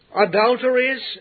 adulteries